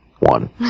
one